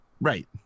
Right